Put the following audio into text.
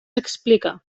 explicar